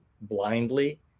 blindly